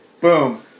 boom